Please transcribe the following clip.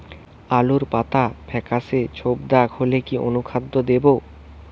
আলুর পাতা ফেকাসে ছোপদাগ হলে কি অনুখাদ্য দেবো?